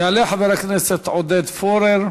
יעלה חבר הכנסת עודד פורר,